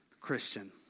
Christian